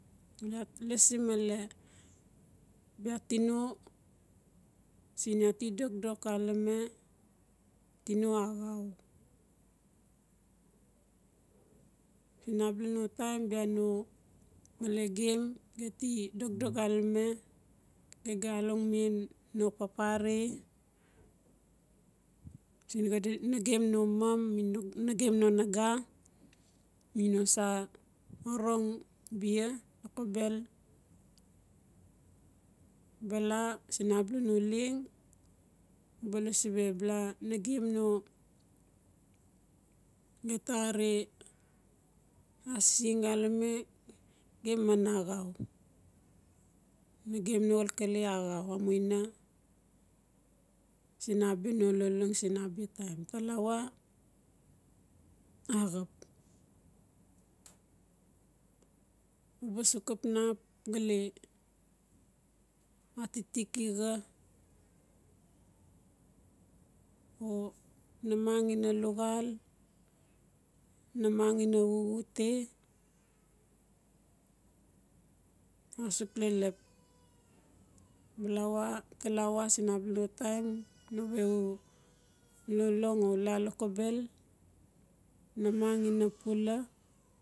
lasi male bia tino siiniaa ti dokdok xalame tino axau. Sin abala no taim bia no male gem geti dokdok xalame ge ga along men no papare sin xadi nagem no mom mino nagem no naga mino saonong bia ta are asising xalame gem man axau. Nagem no xalkale axau amuina siin abia noo lolong siin abia taim. Talawa siin abala no taim nawe u lolong o u la lokobel namang ina pula.